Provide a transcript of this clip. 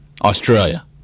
Australia